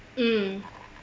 mm